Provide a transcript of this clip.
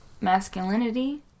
masculinity